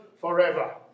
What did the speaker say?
forever